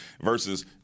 versus –